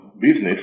business